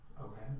Okay